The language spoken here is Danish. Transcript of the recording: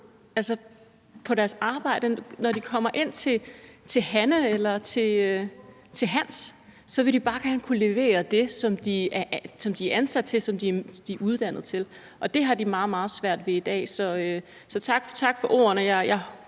til på deres arbejde. Når de kommer ind til Hanne eller til Hans, vil de bare gerne kunne levere det, som de er ansat til, og som de er uddannet til. Og det har de meget, meget svært ved i dag. Så tak for ordene.